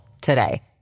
today